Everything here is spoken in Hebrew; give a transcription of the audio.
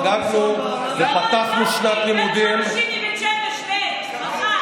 חגגנו, ופתחנו שנת לימודים, יש אנשים שמתו.